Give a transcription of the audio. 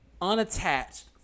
Unattached